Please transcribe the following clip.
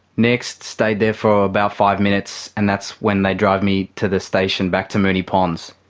next, stayed there for about five minutes, and that's when they drove me to the station, back to moonee ponds.